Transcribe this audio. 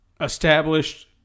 established